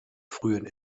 frühen